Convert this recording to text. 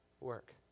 work